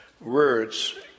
Words